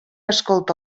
escolta